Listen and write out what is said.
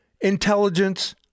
intelligence